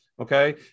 Okay